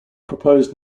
proposed